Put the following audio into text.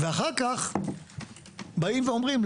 ואחר כך באים ואומרים,